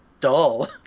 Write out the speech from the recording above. dull